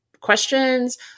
questions